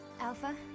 Alpha